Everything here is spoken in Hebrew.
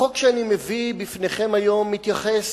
החוק שאני מביא לפניכם היום מתייחס,